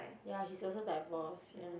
ya she's also divorce ya